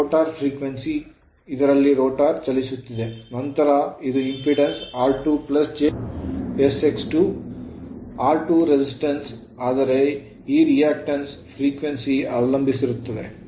ಇದು rotor frequency ಆವರ್ತನವಾಗಿದೆ ಇದರಲ್ಲಿ ರೋಟರ್ ಚಲಿಸುತ್ತಿದೆ ನಂತರ ಇದು impedance r2 j s X 2 r2 resistance ಪ್ರತಿರೋಧವಾಗಿದೆ ಆದರೆ ಈ reactance ಪ್ರತಿಕ್ರಿಯೆಯು frequency ಆವರ್ತನವನ್ನು ಅವಲಂಬಿಸಿರುತ್ತದೆ